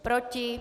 Proti?